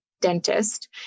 dentist